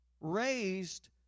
raised